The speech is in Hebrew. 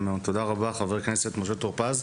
תודה רבה חבר הכנסת משה טור-פז.